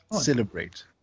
celebrate